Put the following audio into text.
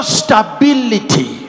stability